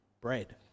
bread